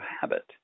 habit